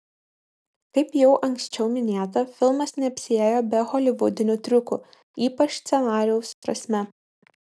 kaip jau anksčiau minėta filmas neapsiėjo be holivudinių triukų ypač scenarijaus prasme